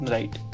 Right